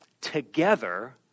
together